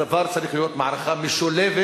הדבר צריך להיות במערכה משולבת,